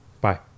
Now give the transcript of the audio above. Bye